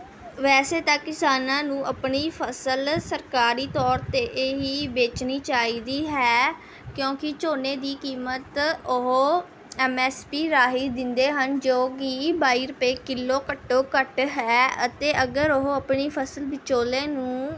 ਵੈਸੇ ਤਾਂ ਕਿਸਾਨਾਂ ਨੂੰ ਆਪਣੀ ਫ਼ਸਲ ਸਰਕਾਰੀ ਤੌਰ 'ਤੇ ਹੀ ਵੇਚਣੀ ਚਾਹੀਦੀ ਹੈ ਕਿਉਂਕਿ ਝੋਨੇ ਦੀ ਕੀਮਤ ਉਹ ਐਮ ਐਸ ਪੀ ਰਾਹੀਂ ਦਿੰਦੇ ਹਨ ਜੋ ਕਿ ਬਾਈ ਰੁਪਏ ਕਿੱਲੋ ਘੱਟੋ ਘੱਟ ਹੈ ਅਤੇ ਅਗਰ ਉਹ ਆਪਣੀ ਫ਼ਸਲ ਵਿਚੋਲੇ ਨੂੰ